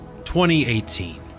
2018